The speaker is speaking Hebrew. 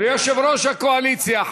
ויושב-ראש הקואליציה.